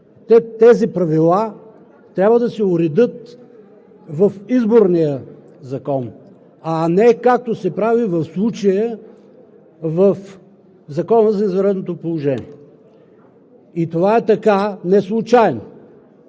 Тези правила трябва да се уредят в Изборния закон, а не, както се прави в случая, в Закона за извънредното положение. Това е така неслучайно.